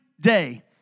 day